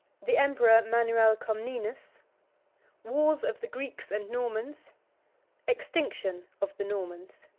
the emperor manuel comnenus wars of the greeks and normans extinction of the normans.